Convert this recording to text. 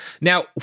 Now